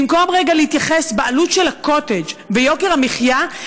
במקום להתייחס רגע לעלות של הקוטג' וליוקר המחיה,